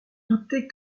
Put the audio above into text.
doutais